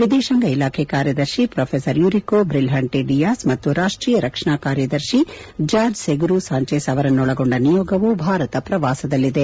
ವಿದೇಶಾಂಗ ಇಲಾಖೆ ಕಾರ್ಲದರ್ಶಿ ಪ್ರೊಫೆಸರ್ ಯುರಿಕೋ ಬ್ರಿಲ್ಹಂಟೆ ಡಿಯಾಸ್ ಮತ್ತು ರಾಷ್ಷೀಯ ರಕ್ಷಣಾ ಕಾರ್ಯದರ್ಶಿ ಜಾರ್ಜ್ ಸೆಗುರು ಸಾಂಚೇಸ್ ಅವರನ್ನು ಒಳಗೊಂಡ ನಿಯೋಗವೂ ಭಾರತ ಪ್ರವಾಸದಲ್ಲಿದೆ